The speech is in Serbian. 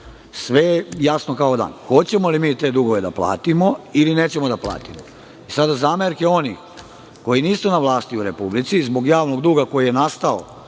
je jasno kao dan. Hoćemo li mi te dugove da platimo ili nećemo da platimo? Sada, zamerke onih koji nisu na vlasti u Republici, zbog javnog duga koji je nastao